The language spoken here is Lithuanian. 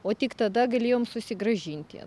o tik tada galėjom susigrąžinti